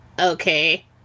okay